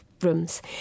rooms